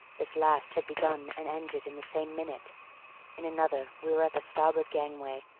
this last had begun and ended in the same minute in another we were at the starboard gangway,